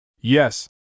Yes